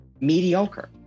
mediocre